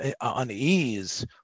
unease